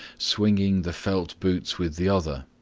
swinging the felt boots with the other,